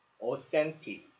Authentic